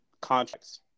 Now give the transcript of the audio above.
contracts